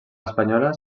espanyola